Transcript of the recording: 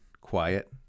quiet